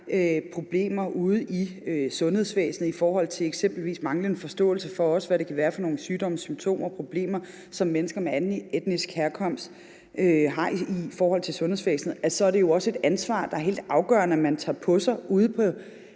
problemer i forhold til eksempelvis en manglende forståelse for, hvad det kan være for nogle sygdomssymptomer og -problemer, som mennesker med anden etnisk herkomst har i forhold til sundhedsvæsenet, så er det jo også et ansvar, det er helt afgørende man tager på sig ude på